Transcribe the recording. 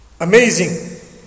Amazing